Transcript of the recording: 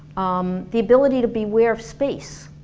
um the ability to be aware of space,